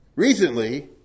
Recently